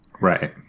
Right